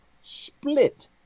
split